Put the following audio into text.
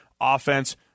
offense